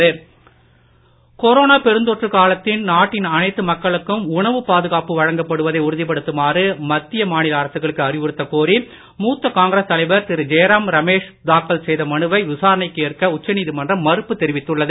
Jairam Ramesh corona பெருந்தொற்று காலத்தில் நாட்டின் அனைத்து மக்களுக்கும் உணவு பாதுகாப்பு வழங்கப்படுவதை உறுதிப்படுத்துமாறு மத்திய மாநில அரசுகளுக்கு அறிவுறுத்தக் கோரி மூத்த காங்கிரஸ் தலைவர் திரு ஜெய்ராம் ரமேஷ் தாக்கல் செய்த மனுவை விசாரணைக்கு ஏற்க உச்சநீதிமன்றம் மறுப்பு தெரிவித்துள்ளது